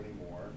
anymore